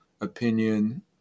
opinion